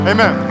Amen